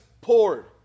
poured